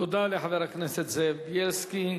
תודה לחבר הכנסת זאב בילסקי.